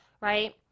right